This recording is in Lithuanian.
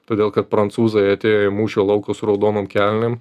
todėl kad prancūzai atėjo į mūšio lauką su raudonom kelnėm